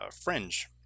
fringe